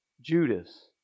Judas